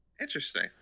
Interesting